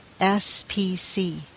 SPC